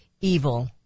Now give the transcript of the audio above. evil